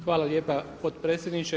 Hvala lijepa potpredsjedniče.